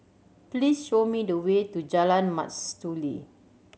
please show me the way to Jalan Mastuli